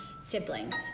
siblings